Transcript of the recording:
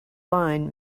line